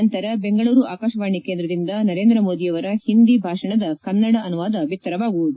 ನಂತರ ಬೆಂಗಳೂರು ಆಕಾಶವಾಣಿ ಕೇಂದ್ರದಿಂದ ನರೇಂದ್ರ ಮೋದಿಯವರ ಹಿಂದಿ ಭಾಷಣದ ಕನ್ನಡ ಅನುವಾದ ಬಿತ್ತರವಾಗುತ್ತದೆ